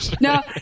No